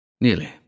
Nearly—